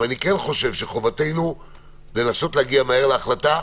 אבל אני חושב שחובתנו לנסות להגיע מהר להחלטה,